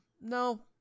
No